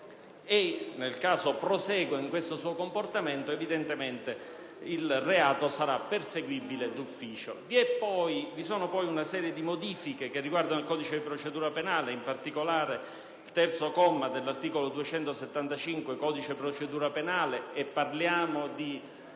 Nel caso prosegua in questo suo comportamento, evidentemente il reato sarà perseguibile d'ufficio. Vi sono poi una serie di modifiche del codice di procedura penale - in particolare mi riferisco al comma 3 dell'articolo 275 del codice di procedura penale - che riguardano